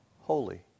holy